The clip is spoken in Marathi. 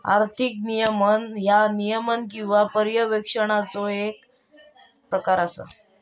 आर्थिक नियमन ह्या नियमन किंवा पर्यवेक्षणाचो येक प्रकार असा